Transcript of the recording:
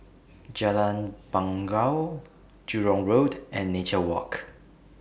Jalan Bangau Jurong Road and Nature Walk